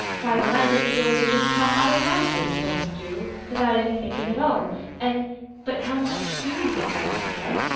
why, when i get to goin' they jest come autocratically poems do without any thinkin' at all an' but how much do you think i ought to get?